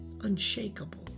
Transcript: unshakable